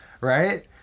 Right